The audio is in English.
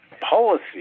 policy